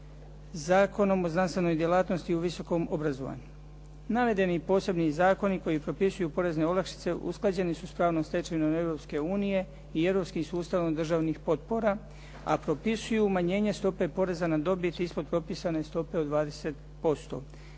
Zakonom o znanstvenoj djelatnosti u visokom obrazovanju. Navedeni posebni zakoni koji propisuju porezne obaveze usklađeni su sa pravnom stečevinom Europske unije i europskim sustavom državnih potpora a propisuju umanjenje stope poreza na dobit ispod propisane stope od 20%.